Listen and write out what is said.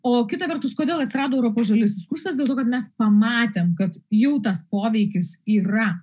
o kita vertus kodėl atsirado europos žaliasis kursas dėl to kad mes pamatėm kad jau tas poveikis yra